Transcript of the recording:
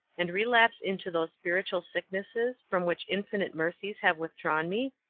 and relapse into those spiritual sicknesses from which infinite mercies have withdrawn me?